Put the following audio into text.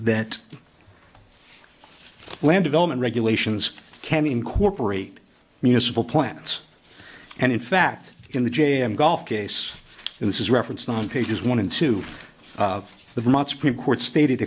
the land development regulations can incorporate municipal plants and in fact in the j m golf case and this is referenced on pages one and two of the months pre court stated